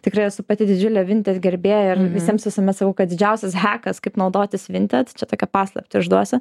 tikrai esu pati didžiulė vinted gerbėja ir visiems visuomet sakau kad didžiausias hekas kaip naudotis vinted čia tokią paslaptį išduosiu